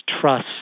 trust